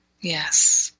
Yes